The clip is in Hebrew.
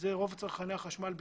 שזה רוב צרכני החשמל בישראל.